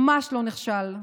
ממש לא נכשל.